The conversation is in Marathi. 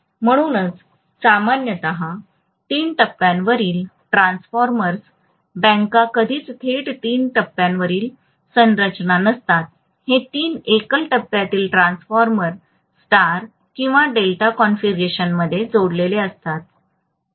म्हणूनच सामान्यत तीन टप्प्यावरील ट्रान्सफॉर्मर्स बँका कधीच थेट तीन टप्प्यावरील बांधकाम नसतात हे तीन एकल टप्प्यातील ट्रान्सफॉर्मर्स स्टार किंवा डेल्टा कॉन्फिगरेशनमध्ये जोडलेले असतात